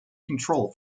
control